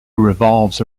revolves